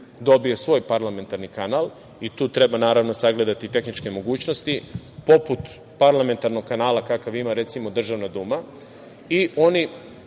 dobije svoj parlamentarni kanal i tu treba sagledati tehničke mogućnosti, poput parlamentarnog kanala kakav ima recimo Državna duma,